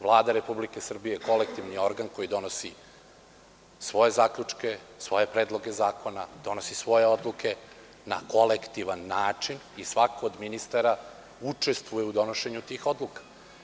Vlada Republike Srbije je kolektivni organ koji donosi svoje zaključke, svoje predloge zakona, svoje odluke, na kolektivan način i svako od ministara učestvuje u donošenju tih odluka.